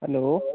hello